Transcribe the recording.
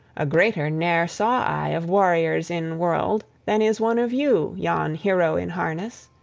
a greater ne'er saw i of warriors in world than is one of you, yon hero in harness!